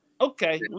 okay